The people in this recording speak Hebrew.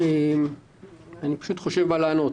אני חושב מה לענות.